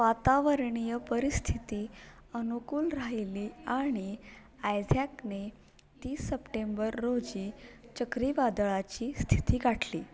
वातावरणीय परिस्थिती अनुकूल राहिली आणि आयझॅकने तीस सप्टेंबर रोजी चक्रीवादळाची स्थिती गाठली